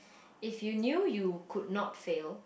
if you knew you could not fail